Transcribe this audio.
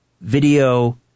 video